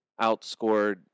outscored